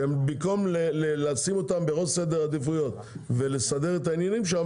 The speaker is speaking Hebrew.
במקום לשים אותם בראש סדר העדיפויות ולסדר את העניינים שם,